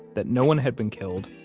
that no one had been killed,